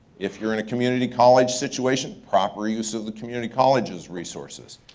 if you're in a community college situation, proper use of the community college's resources.